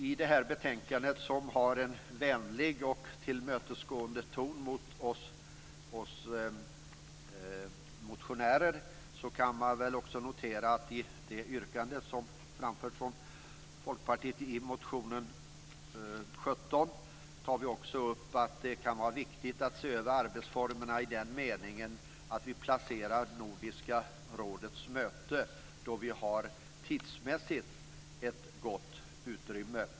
I det här betänkandet, som har en vänlig och tillmötesgående ton mot oss motionärer, kan man också notera det yrkande som framförts av Folkpartiet i motion U17. Där tar vi också upp att det kan vara viktigt att se över arbetsformerna i den meningen att vi placerar Nordiska rådets möte då vi har ett tidsmässigt gott utrymme.